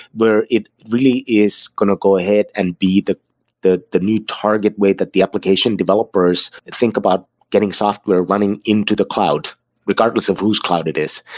where it really is going to go ahead and be the the new target way that the application developers think about getting software running into the cloud regardless of whose cloud it is.